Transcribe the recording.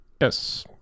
Yes